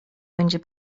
będzie